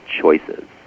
choices